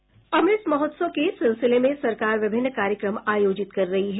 अमृत महोत्सव के सिलसिले में सरकार विभिन्न कार्यक्रम आयोजित कर रही है